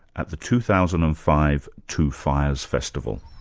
at the two thousand and five two fires festival.